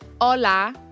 Hola